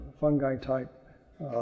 fungi-type